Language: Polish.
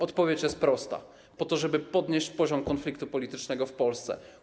Odpowiedź jest prosta: po to, żeby podnieść poziom konfliktu politycznego w Polsce.